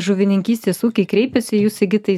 žuvininkystės ūkiai kreipiasi į jus sigitai